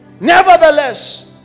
nevertheless